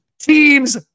teams